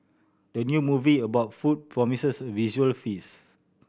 the new movie about food promises visual feast